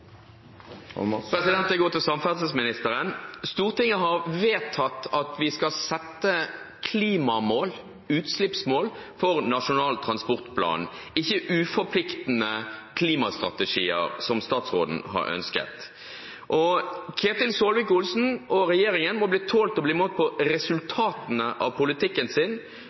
går til samferdselsministeren, Stortinget har vedtatt at vi skal sette klimamål og utslippsmål for Nasjonal transportplan, ikke uforpliktende klimastrategier, som statsråden har ønsket. Ketil Solvik-Olsen og regjeringen må tåle å bli målt på resultatene av politikken sin,